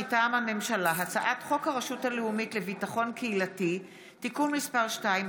מטעם הממשלה: הצעת חוק הרשות הלאומית לביטחון קהילתי (תיקון מס' 2),